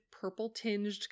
purple-tinged